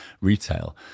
retail